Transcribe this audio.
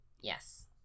Yes